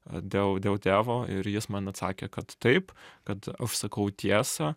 dėl dėl tėvo ir jis man atsakė kad taip kad aš sakau tiesą